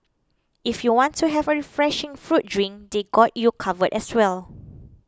if you want to have a refreshing fruit drink they got you covered as well